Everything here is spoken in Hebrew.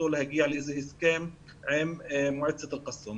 להגיע לאיזה הסכם עם מועצת אל קסום.